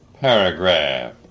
paragraph